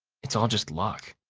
it's all just luck.